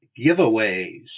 giveaways